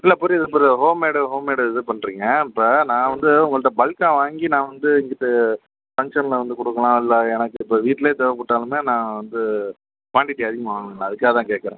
இல்லை புரியுது bro homemade homemade இது பண்ணுறீங்க இப்போ நான் வந்து உங்கள்கிட்ட பல்க்காக வாங்கி நான் வந்து இங்கிட்டு ஃபன்க்ஷனில் வந்து கொடுக்கலாம் இல்லை எனக்கு இப்போ வீட்ல தேவைப்பட்டாலுமே நான் வந்து குவாண்டிட்டி அதிகமாக வாங்கணும்ல அதுக்காக தான் கேட்கறேன்